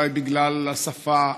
אולי בגלל השפה,